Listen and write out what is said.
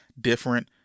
different